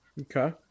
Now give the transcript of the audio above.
Okay